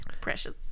Precious